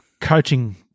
Coaching